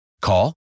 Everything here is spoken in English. Call